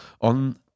on